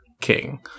king